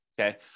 okay